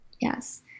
Yes